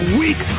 weak